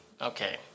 Okay